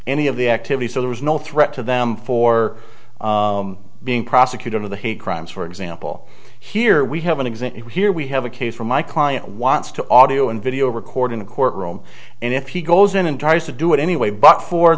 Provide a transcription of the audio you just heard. any of the activity so there was no threat to them for being prosecuted of the hate crimes for example here we have an exhibit here we have a case for my client wants to audio and video record in a courtroom and if he goes in and tries to do it anyway but for